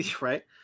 Right